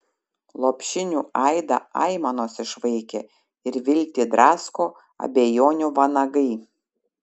lopšinių aidą aimanos išvaikė ir viltį drasko abejonių vanagai